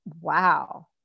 wow